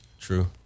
True